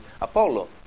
Apollo